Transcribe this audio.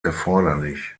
erforderlich